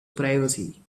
privacy